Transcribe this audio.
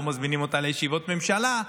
לא מזמינים אותה לישיבות ממשלה,